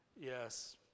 yes